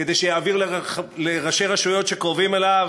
כדי שיעביר לראשי רשויות שקרובים אליו?